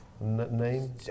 Name